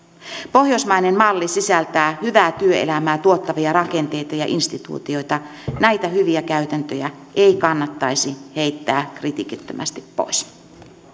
pohjoismainen malli sisältää hyvää työelämää tuottavia rakenteita ja instituutioita näitä hyviä käytäntöjä ei kannattaisi heittää kritiikittömästi pois